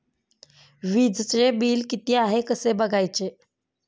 वीजचे बिल किती आहे कसे बघायचे?